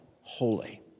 Holy